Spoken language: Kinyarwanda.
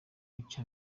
icya